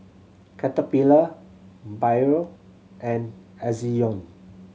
Caterpillar Biore and Ezion